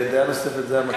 בדעה נוספת זה המצב.